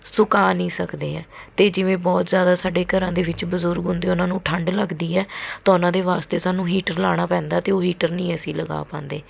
ਸੁਕਾ ਨਹੀਂ ਸਕਦੇ ਹੈ ਅਤੇ ਜਿਵੇਂ ਬਹੁਤ ਜ਼ਿਆਦਾ ਸਾਡੇ ਘਰਾਂ ਦੇ ਵਿੱਚ ਬਜ਼ੁਰਗ ਹੁੰਦੇ ਉਨ੍ਹਾਂ ਨੂੰ ਠੰਡ ਲੱਗਦੀ ਹੈ ਤਾਂ ਉਨ੍ਹਾਂ ਦੇ ਵਾਸਤੇ ਸਾਨੂੰ ਹੀਟਰ ਲਾਉਣਾ ਪੈਂਦਾ ਅਤੇ ਉਹ ਹੀਟਰ ਨਹੀਂ ਅਸੀਂ ਲਗਾ ਪਾਉਂਦੇ